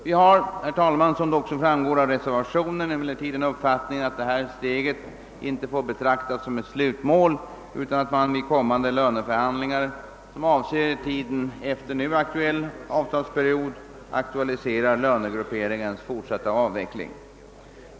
Vi har, herr talman, såsom också framgår av reservationen, den uppfattning en att detta steg inte får betraktas som ett slutmål utan att man vid kommande löneförhandlingar, som avser tiden efter den nu aktuella avtalsperioden, bör aktualisera lönegrupperingens fortsatta avveckling.